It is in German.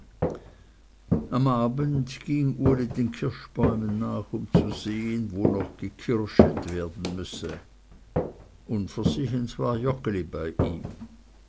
am abend ging uli den kirschbäumen nach um zu sehen wo noch gekirschet werden müsse unversehens war joggeli bei ihm